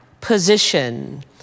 position